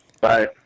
Bye